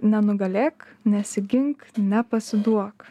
nenugalėk nesigink nepasiduok